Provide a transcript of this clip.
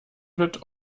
wird